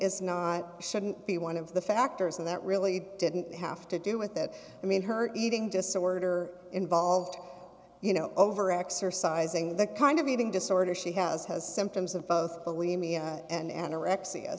is not shouldn't be one of the factors and that really didn't have to do with that i mean her eating disorder involved you know over exercising the kind of eating disorder she has has symptoms of both bullying me and anorexia